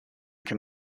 can